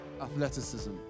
athleticism